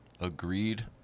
Agreed